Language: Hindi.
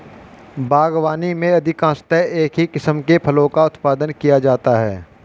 बागवानी में अधिकांशतः एक ही किस्म के फलों का उत्पादन किया जाता है